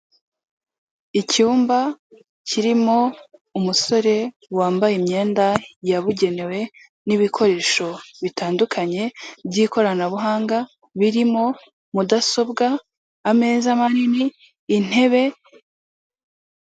Icyumba kirimo umusore wambaye imyenda yabugenewe n'ibikoresho bitandukanye by'ikoranabuhanga birimo mudasobwa, ameza manini intebe.